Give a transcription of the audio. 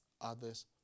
others